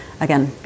again